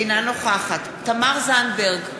אינה נוכחת תמר זנדברג,